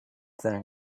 thing